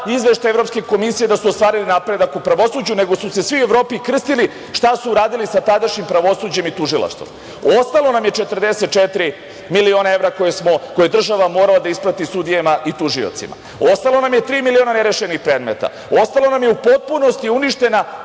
Izveštaj Evropske komisije da su ostvarili napredak u pravosuđu, nego su se svi u Evropi krstili šta su uradili sa tadašnjim pravosuđem i tužilaštvom. Ostalo nam je 44 miliona evra koje je država morala da isplati sudijama i tužiocima, ostalo nam je tri miliona nerešenih predmeta, ostalo nam je u potpunosti uništena